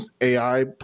ai